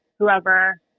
whoever